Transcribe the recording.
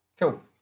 Cool